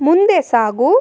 ಮುಂದೆ ಸಾಗು